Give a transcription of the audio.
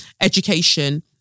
education